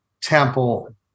Temple